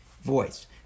voice